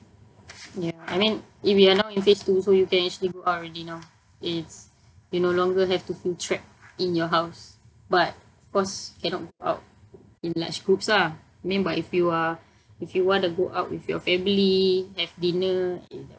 ya I mean we are now in phase two so you can actually go out already now it's you no longer have to feel trapped in your house but of course cannot go out in large groups lah I mean but if you are if you want to go out with your family have dinner